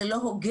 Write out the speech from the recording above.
זה לא הוגן.